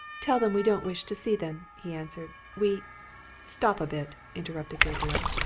tell them we don't wish to see them, he answered. we stop a bit! interrupted gabriel.